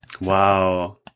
Wow